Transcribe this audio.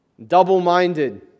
Double-minded